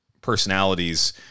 personalities